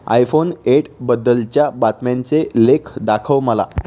iPhone एटबद्दलच्या बातम्यांचे लेख दाखव मला